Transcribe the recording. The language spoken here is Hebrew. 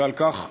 ועל כך